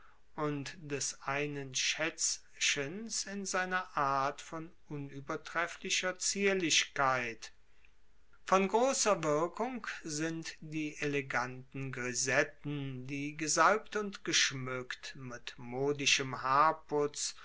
und des einen schaetzchens in seiner art von unuebertrefflicher zierlichkeit von grosser wirkung sind die eleganten grisetten die gesalbt und geschmueckt mit modischem haarputz